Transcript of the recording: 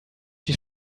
die